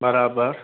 बराबरि